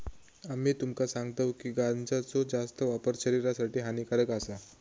आम्ही तुमका सांगतव की गांजाचो जास्त वापर शरीरासाठी हानिकारक आसा